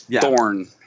Thorn